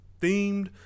themed